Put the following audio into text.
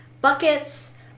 buckets